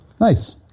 Nice